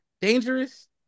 dangerous